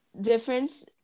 difference